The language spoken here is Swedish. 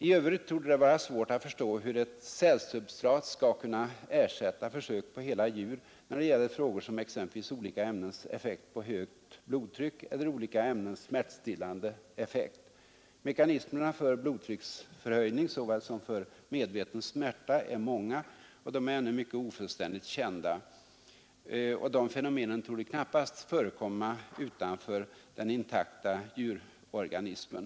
I övrigt torde det vara svårt att förstå hur ett cellsubstrat skulle kunna ersätta försök på hela djur när det gäller frågor som exempelvis olika ämnens effekt på högt blodtryck eller olika ämnens smärtstillande effekt. Mekanismerna för blodtrycksförhöjning såväl som för medveten smärta är många, och de är ännu mycket ofullständigt kända. Fenomenen torde knappast förekomma utanför den intakta djurorganismen.